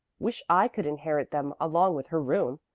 wish i could inherit them along with her room.